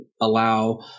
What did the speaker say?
allow